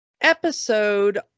episode